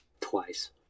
twice